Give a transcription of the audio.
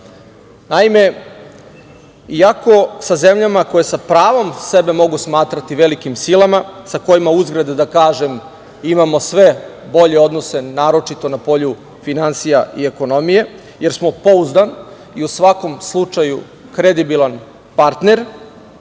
iako sa zemljama koje sa pravom sebe mogu smatrati velikim silama, sa kojima uzgred da kažem imamo sve bolje odnose, naročito na polju finansija i ekonomije, jer smo pouzdan i u svakom slučaju kredibilan partner